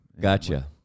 Gotcha